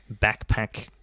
backpack